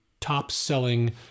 top-selling